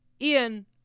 Ian